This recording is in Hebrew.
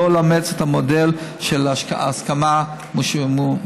שלא לאמץ את המודל של הסכמה משוערת.